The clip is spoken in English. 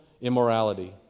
immorality